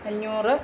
അഞ്ഞൂറ്